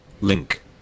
Link